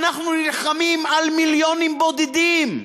אנחנו נלחמים על מיליונים בודדים.